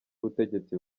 ubutegetsi